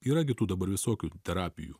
yra gi tų dabar visokių terapijų